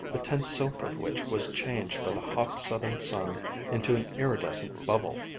the tense silk of which was changed by the hot southern sun into an iridescent bubble.